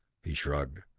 he shrugged.